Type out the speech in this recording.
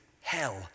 hell